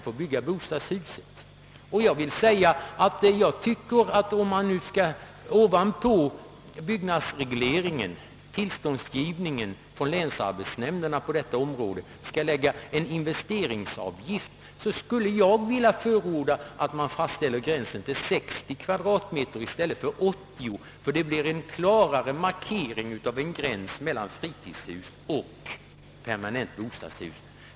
Om det ovanpå tillståndsgivningen från länsarbetsnämnderna för fritidshus skall läggas en investeringsavgift, skulle jag vilja förorda att man fastställer ytan till 60 kvadratmeter i stället för 80, ty det blir då en klarare markering av gränsen mellan fritidshus och bostadshus.